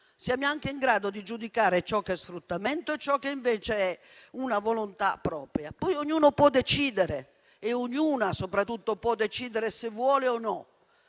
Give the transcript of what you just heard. siamo anche in grado di giudicare ciò che è sfruttamento e ciò che invece è volontà propria. Poi ognuno può decidere e ognuna soprattutto può decidere se vuole o meno